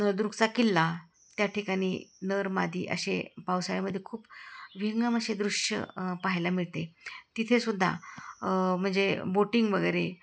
नळदुर्गचा किल्ला त्या ठिकाणी नरमादी असे पावसाळ्यामध्ये खूप विहंगम असे दृश्य पहायला मिळते तिथेसुद्धा म्हणजे बोटिंग वगैरे